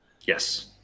Yes